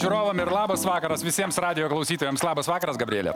žiūrovam ir labas vakaras visiems radijo klausytojams labas vakaras gabrielė